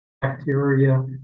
bacteria